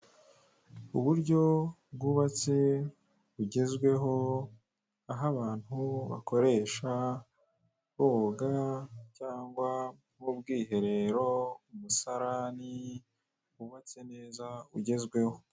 Uburyo bwubatse bugezweho, aho abantu bakoresha boga cyangwa h'ubwiherero, umusarani wubatse neza ugezweho.